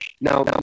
Now